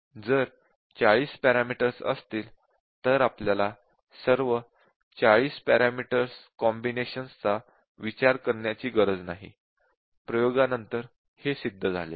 जर 40 पॅरामीटर्स असतील तर आपल्याला सर्व 40 पॅरामीटर्स कॉम्बिनेशन्स चा विचार करण्याची गरज नाही प्रयोगानंतर हे सिद्ध झाले आहे